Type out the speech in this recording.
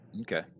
Okay